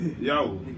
Yo